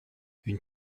une